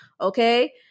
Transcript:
okay